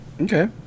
okay